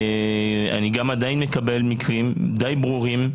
אני עדיין מקבל מקרים דיי ברורים,